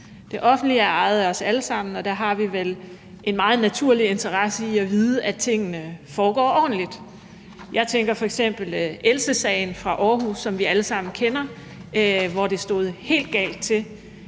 Det offentlige er ejet af os alle sammen, og der har vi vel en meget naturlig interesse i at vide, at tingene foregår ordentligt. Jeg tænker f.eks. på Elsesagen fra Aarhus, som vi alle sammen kender, og hvor det stod helt galt til.